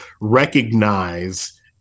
recognize